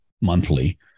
monthly